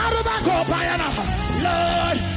Lord